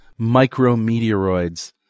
micrometeoroids